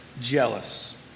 jealous